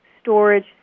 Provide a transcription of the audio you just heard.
storage